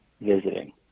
visiting